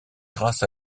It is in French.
grâce